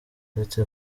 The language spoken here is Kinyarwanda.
uretse